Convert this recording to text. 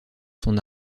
son